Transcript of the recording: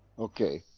okay,